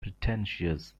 pretentious